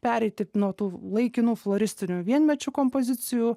pereiti nuo tų laikinų floristinių vienmečių kompozicijų